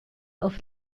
auf